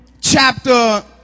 chapter